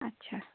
আচ্ছা